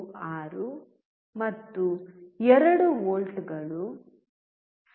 96 ಮತ್ತು 2 ವೋಲ್ಟ್ಗಳು 0